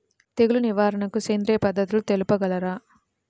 తెగులు నివారణకు సేంద్రియ పద్ధతులు తెలుపగలరు?